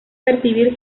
percibir